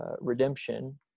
redemption